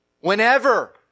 Whenever